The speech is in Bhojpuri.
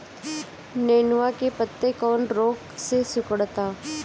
नेनुआ के पत्ते कौने रोग से सिकुड़ता?